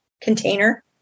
container